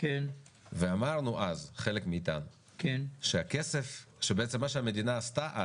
וחלק מאתנו אמרו אז שמה שהמדינה עשתה,